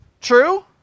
True